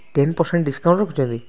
ten percent discount ରଖୁଛନ୍ତି